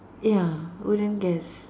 ya wouldn't guess